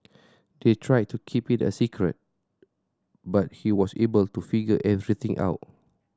they tried to keep it a secret but he was able to figure everything out